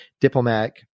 diplomatic